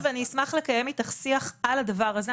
ואני אשמח לקיים איתך שיח על הדבר הזה.